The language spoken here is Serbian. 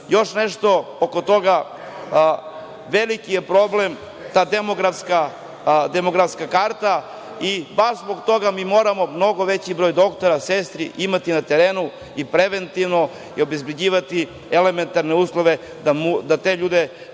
nešto oko toga, veliki je problem da demografska karta. Baš zbog toga mi moramo nogo veći broj doktora, sestri imati na terenu i preventivno i obezbeđivati elementarne uslove da tim ljudima